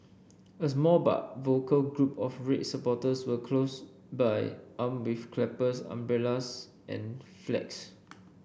a small but vocal group of red supporters were close by armed with clappers umbrellas and flags